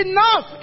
Enough